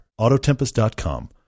Autotempest.com